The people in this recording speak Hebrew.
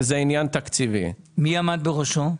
מי עמד בראשו?